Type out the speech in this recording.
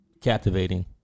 captivating